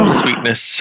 sweetness